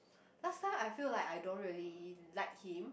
last time I feel like I don't really like him